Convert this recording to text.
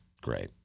great